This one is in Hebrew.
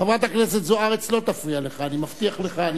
חברת הכנסת זוארץ לא תפריע לך, אני מבטיח לך.